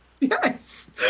Yes